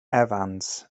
evans